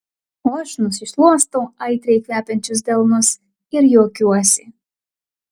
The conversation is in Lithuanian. o aš nusišluostau aitriai kvepiančius delnus ir juokiuosi